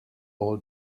all